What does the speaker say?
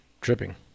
tripping